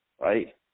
Right